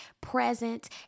present